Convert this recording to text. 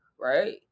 right